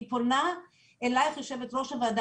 אני פונה אליך יושבת ראש הוועדה,